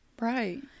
right